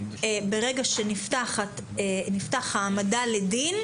ברגע שנפתחת העמדה לדין,